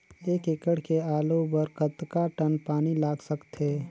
एक एकड़ के आलू बर कतका टन पानी लाग सकथे?